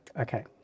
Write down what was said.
Okay